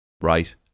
right